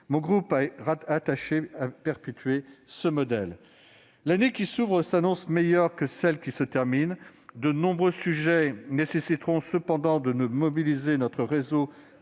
est attaché à perpétuer ce modèle. L'année qui s'ouvre s'annonce meilleure que celle qui se termine. De nombreux sujets nécessiteront cependant de mobiliser notre réseau